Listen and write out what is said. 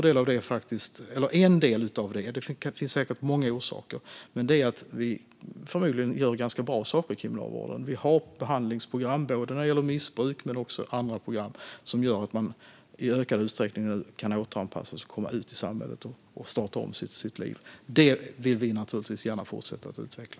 Det finns säkert många orsaker till detta, men en del är att vi förmodligen gör ganska bra saker inom kriminalvården. Vi har behandlingsprogram när det gäller missbruk men också andra program som gör att man i ökad utsträckning kan återanpassas och komma ut i samhället och starta om sitt liv. Detta vill vi naturligtvis gärna fortsätta att utveckla.